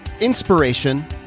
inspiration